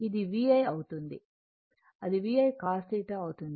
ఇది VI అవుతుంది అది VI cos θ అవుతుంది